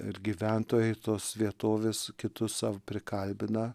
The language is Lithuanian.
ar gyventojai tos vietovės kitus savo prikalbino